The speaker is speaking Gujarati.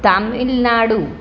તામિલનાડુ